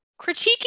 critiquing